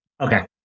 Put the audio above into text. Okay